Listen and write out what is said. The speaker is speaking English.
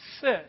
sit